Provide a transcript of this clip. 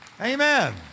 Amen